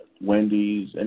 Wendy's